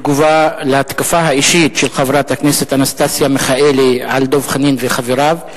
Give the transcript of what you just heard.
בתגובה להתקפה האישית של חברת הכנסת אנסטסיה מיכאלי על דב חנין וחבריו.